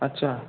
अच्छा